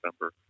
number